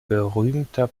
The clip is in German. berühmter